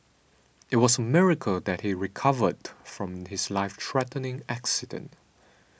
it was a miracle that he recovered from his life threatening accident